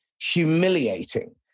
humiliating